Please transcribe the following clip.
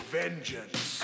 vengeance